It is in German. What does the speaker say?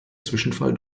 zwischenfall